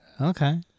Okay